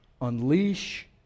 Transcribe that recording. unleash